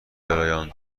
برایان